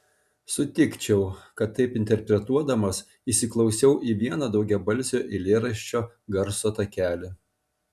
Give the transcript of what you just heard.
sutikčiau kad taip interpretuodamas įsiklausiau į vieną daugiabalsio eilėraščio garso takelį